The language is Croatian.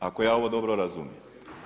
Ako ja ovo dobro razumijem.